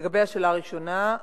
לגבי השאלה הראשונה,